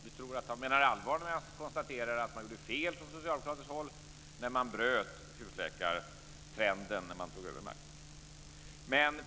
Vi tror att han menar allvar när han konstaterar att man gjorde fel från socialdemokratiskt håll när man bröt husläkartrenden när man tog över makten.